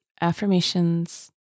Affirmations